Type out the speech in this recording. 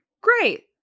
great